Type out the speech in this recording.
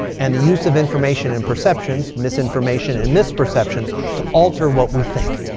and the use of information and perceptions, misinformation and misperceptions, to alter what we think.